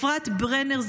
אפרת ברנר,